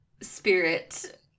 spirit